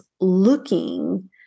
looking